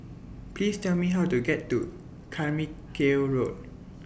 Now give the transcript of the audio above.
Please Tell Me How to get to Carmichael Road